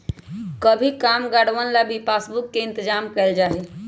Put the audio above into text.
सभी कामगारवन ला भी पासबुक के इन्तेजाम कइल जा हई